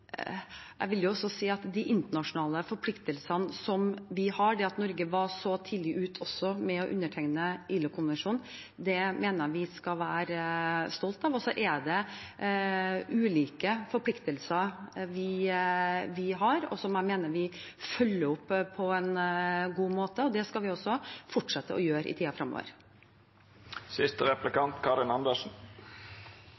Jeg vil også si at de internasjonale forpliktelsene vi har, det at Norge var så tidlig ute med å undertegne ILO-konvensjonen, skal vi være stolte av. Så har vi ulike forpliktelser, som jeg mener vi følger opp på en god måte. Det skal vi også fortsette å gjøre i tiden fremover. Jeg vil følge opp det siste